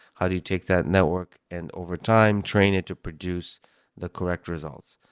how do you take that network and, overtime, train it to produce the correct results?